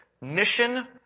Mission